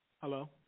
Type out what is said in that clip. Hello